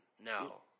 no